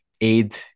aid